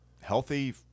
healthy